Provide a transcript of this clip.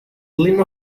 lena